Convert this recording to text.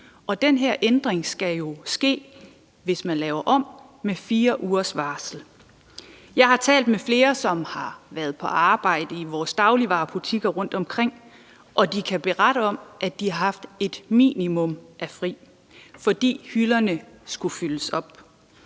nu. Den her ændring skal jo ske, hvis man laver om, med 4 ugers varsel. Jeg har talt med flere, som har været på arbejde i vores dagligvarebutikker rundtomkring, og de kan berette om, at de har haft et minimum af fri, fordi hylderne skulle fyldes op.